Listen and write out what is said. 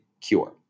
cure